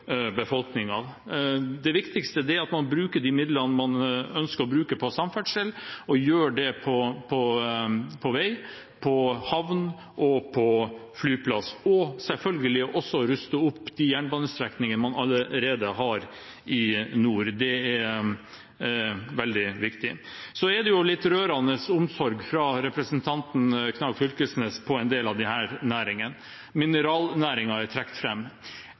Det viktigste er at man bruker de midlene man ønsker å bruke på samferdsel, på vei, på havn og på flyplass, og selvfølgelig også ruste opp de jernbanestrekningene man allerede har i nord. Det er veldig viktig. Det er en litt rørende omsorg fra representanten Knag Fylkesnes for en del av disse næringene. Mineralnæringen er trukket fram. Jeg kjenner ikke til at SV akkurat er